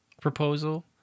proposal